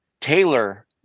Taylor